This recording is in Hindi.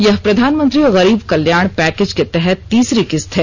यह प्रधानमंत्री गरीब कल्याण पैकेज के तहत तीसरी किस्त है